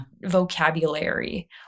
vocabulary